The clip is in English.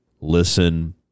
listen